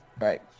Right